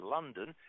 London